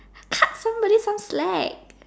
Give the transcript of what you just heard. cut somebody some slack